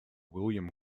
william